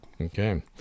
Okay